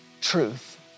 truth